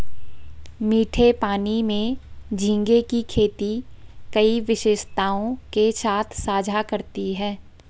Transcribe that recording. मीठे पानी में झींगे की खेती कई विशेषताओं के साथ साझा करती है